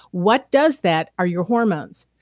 what does that are your hormones.